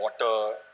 water